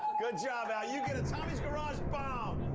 good job, al. you get a tommy's garage bomb.